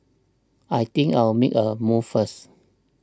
I think I'll make a move first